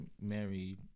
married